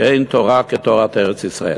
כי אין תורה כתורת ארץ-ישראל.